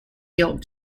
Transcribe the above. york